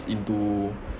into